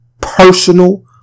Personal